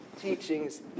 teachings